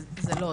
לא,